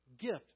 gift